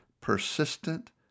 persistent